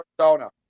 Arizona